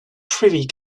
privy